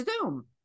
Zoom